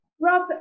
Rob